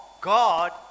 God